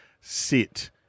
sit